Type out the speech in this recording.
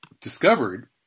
discovered